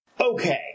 Okay